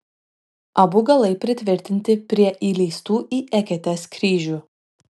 abu galai pritvirtinti prie įleistų į eketes kryžių